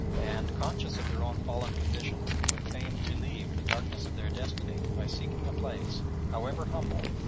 and, conscious of their own fallen condition, would fain relieve the darkness of their destiny by seeking a place, however humble,